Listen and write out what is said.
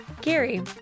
Gary